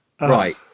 Right